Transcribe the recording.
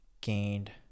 gained